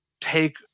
take